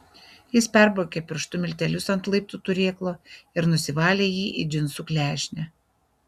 jis perbraukė pirštu miltelius ant laiptų turėklo ir nusivalė jį į džinsų klešnę